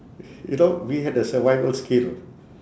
you know we had the survival skill